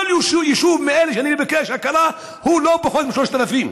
כל יישוב מבין אלה שאני מבקש להם הכרה הוא לא פחות מ-3,000.